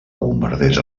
bombarders